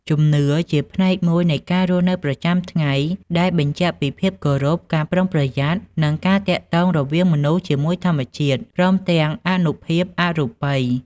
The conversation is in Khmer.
ជំនឿជាផ្នែកមួយនៃការរស់នៅប្រចាំថ្ងៃដែលបញ្ជាក់ពីភាពគោរព ការប្រុងប្រយ័ត្ន និងការទាក់ទងរវាងមនុស្សជាមួយធម្មជាតិ ព្រមទាំងអានុភាពអរូបី។